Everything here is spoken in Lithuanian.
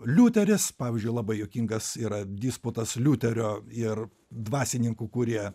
liuteris pavyzdžiui labai juokingas yra disputas liuterio ir dvasininkų kurie